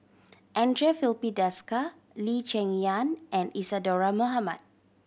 Andre Filipe Desker Lee Cheng Yan and Isadhora Mohamed